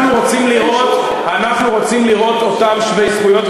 אנחנו רוצים לראות אותם שווי זכויות,